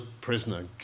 prisoner